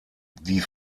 die